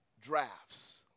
drafts